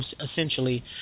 essentially